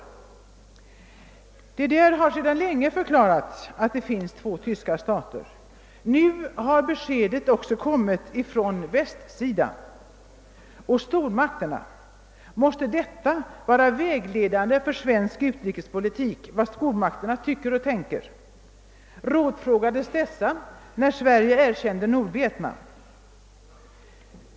DDR har sedan länge förklarat detta, och nu har också beskedet kommit från Västtyskland. Och stormakterna, måste det stormakterna tycker och tänker vara vägledande för svensk utrikespolitik? Rådfrågades dessa när Sverige erkände Nordvietnam?